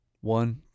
One